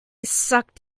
sucked